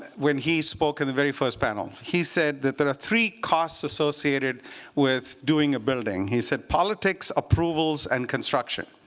when he spoke in the very first panel. he said that there are three costs associated with doing a building. he said politics, approvals, and construction.